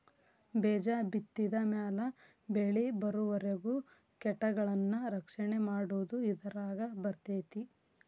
ಬೇಜ ಬಿತ್ತಿದ ಮ್ಯಾಲ ಬೆಳಿಬರುವರಿಗೂ ಕೇಟಗಳನ್ನಾ ರಕ್ಷಣೆ ಮಾಡುದು ಇದರಾಗ ಬರ್ತೈತಿ